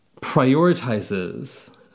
prioritizes